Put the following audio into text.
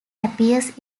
appears